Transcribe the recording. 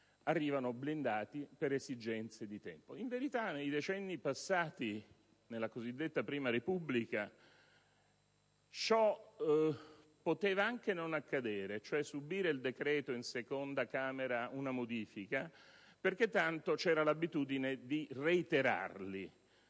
arrivano blindati per esigenze di tempo. In verità, nei decenni passati, nella cosiddetta Prima Repubblica, ciò poteva anche non accadere, ossia il decreto poteva subire anche in seconda Camera una modifica, perché se poi decadeva vi era l'abitudine di reiterarlo.